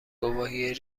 گواهی